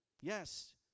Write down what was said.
Yes